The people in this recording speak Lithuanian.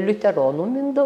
liuteronų mindau